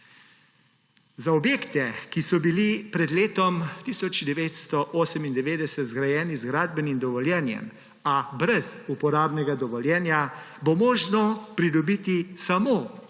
Za objekte, ki so bili pred letom 1998 zgrajeni z gradbenim dovoljenjem, a brez uporabnega dovoljenja, bo možno pridobiti samo uporabno